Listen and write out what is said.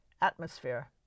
Atmosphere